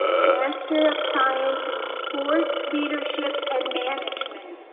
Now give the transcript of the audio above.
master of science in sport leadership and management,